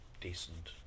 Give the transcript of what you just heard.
decent